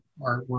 artwork